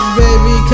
baby